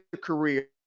career